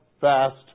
fast